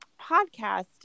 podcast